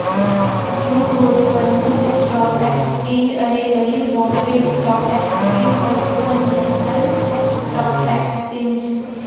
दुगोट परमुख stock exchange अहे पहिल बॉम्बे स्टाक एक्सचेंज अउ दूसर नेसनल स्टॉक एक्सचेंज